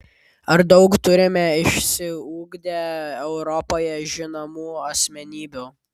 ar daug turime išsiugdę europoje žinomų asmenybių